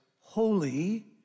holy